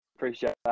appreciate